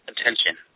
attention